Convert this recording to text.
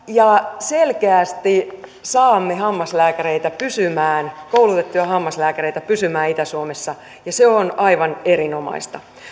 ja selkeästi saamme hammaslääkäreitä koulutettuja hammaslääkäreitä pysymään itä suomessa ja se on aivan erinomaista